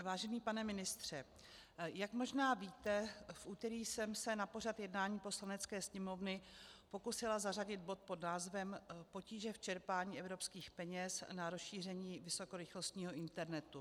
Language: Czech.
Vážený pane ministře, jak možná víte, v úterý jsem se na pořad jednání Poslanecké sněmovny pokusila zařadit bod pod názvem Potíže v čerpání evropských peněz na rozšíření vysokorychlostního internetu.